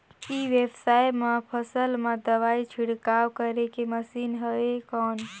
ई व्यवसाय म फसल मा दवाई छिड़काव करे के मशीन हवय कौन?